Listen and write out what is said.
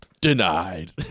Denied